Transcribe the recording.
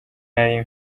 nari